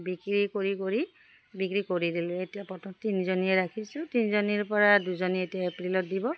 বিক্ৰী কৰি কৰি বিক্ৰী কৰি দিলোঁ এতিয়া প্ৰথম তিনিজনীয়ে ৰাখিছোঁ তিনিজনীৰ পৰা দুজনী এতিয়া এপ্ৰিলত দিব